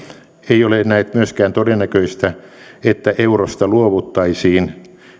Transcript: ei ole näet myöskään todennäköistä että eurosta luovuttaisiin